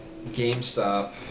GameStop